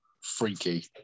Freaky